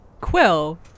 Quill